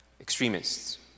extremists